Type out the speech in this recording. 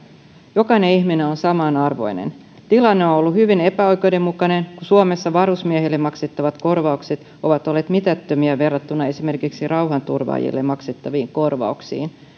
jokainen ihminen on samanarvoinen tilanne on on ollut hyvin epäoikeudenmukainen kun suomessa varusmiehille maksettavat korvaukset ovat olleet mitättömiä verrattuna esimerkiksi rauhanturvaajille maksettaviin korvauksiin